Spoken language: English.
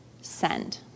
send